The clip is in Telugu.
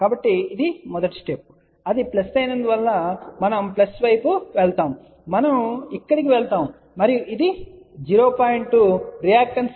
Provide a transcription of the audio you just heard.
కాబట్టి ఇది మొదటి స్టెప్ అది ప్లస్ అయినందున మనం ప్లస్ వైపు వెళ్తాము మనం ఇక్కడకు వెళ్తాము మరియు ఇది రియాక్టెన్స్ 0